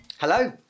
Hello